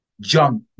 junk